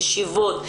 ישיבות,